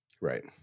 Right